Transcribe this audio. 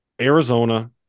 Arizona